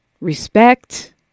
respect